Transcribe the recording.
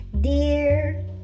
Dear